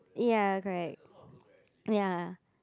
yeah correct yeah